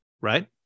right